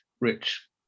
rich